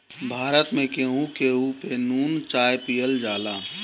भारत में केहू केहू पे नून चाय पियल जाला